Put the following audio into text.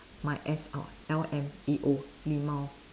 my ass out L M A O lmao